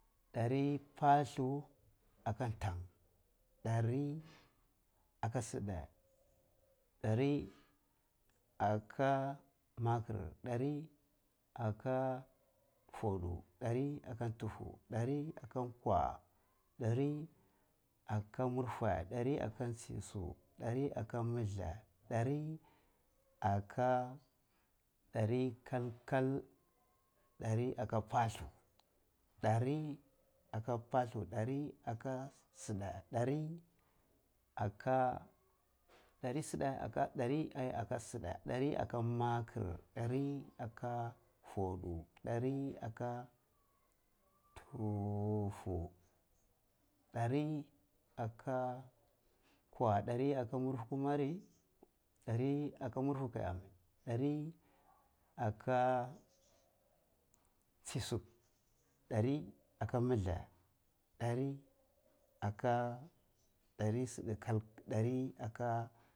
Dari palu aka, dari aka zilidta dari aka maker, dari aka fotu, dari aka ndutu, dari aka kwuwa, dari aka murfwe, dan aka tsisu, dari aka milthla, dari aka dari kal kal, dari aka palu dari aka palu, dari aka si’idta, dari aka dari si’idta aka dai darii aka si’dta, dari aka maker, dari aka fotu, dari dka ndufu, dari aka kwuwa, dari aka murifwe kumara dari aka murifwe kai ah, dari aka tsisu, dari aka milthla, dari aka dari si’idta kal ka.